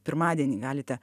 pirmadienį galite